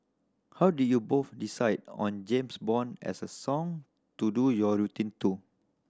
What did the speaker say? how did you both decide on James Bond as a song to do your routine to